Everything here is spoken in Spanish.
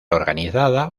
organizada